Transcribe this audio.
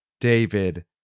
David